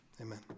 Amen